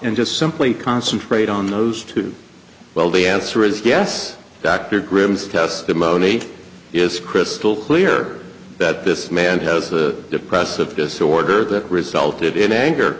and just simply concentrate on those two well the answer is yes dr graham's testimony is crystal clear that this man has a depressive disorder that resulted in anger